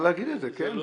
אפשר להגיד את זה, כן.